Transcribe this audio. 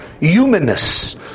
humanness